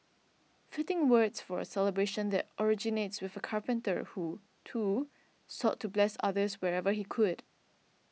fitting words for a celebration that originates with a carpenter who too sought to bless others whenever he could